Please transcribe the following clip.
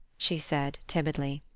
she said, timidly.